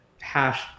hash